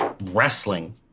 wrestling